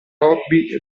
hobby